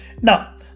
Now